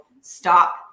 stop